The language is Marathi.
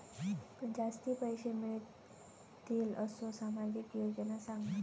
जास्ती पैशे मिळतील असो सामाजिक योजना सांगा?